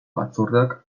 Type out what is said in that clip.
batzordeak